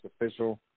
Official